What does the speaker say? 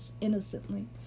innocently